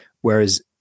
Whereas